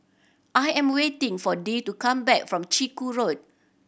I am waiting for Dee to come back from Chiku Road